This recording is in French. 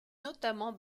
notamment